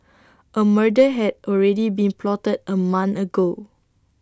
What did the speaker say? A murder had already been plotted A month ago